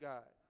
God